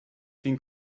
being